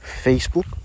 facebook